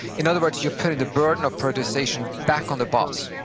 in other words you're putting the burden of prioritization back on the boss,